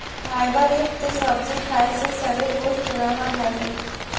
fibre युक्त सब्जी खाए से शरीर पुष्ट रहऽ हइ